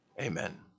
Amen